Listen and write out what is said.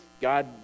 God